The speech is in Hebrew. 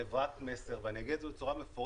חברת מסר ואני אגיד את זה בצורה מפורשת.